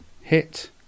hit